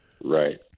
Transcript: Right